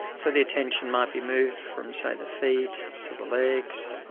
so the attention might be moved from say the feet, to the legs,